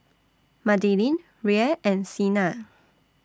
Madilynn Rhea and Sienna